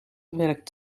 werkt